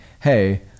hey